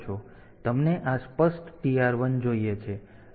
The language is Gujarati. તેથી તમને આ સ્પષ્ટ TR1 જોઈએ છે